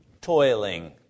toiling